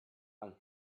and